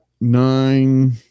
nine